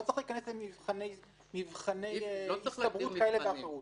לא צריך להיכנס למבחני הסתברות כאלה ואחרים,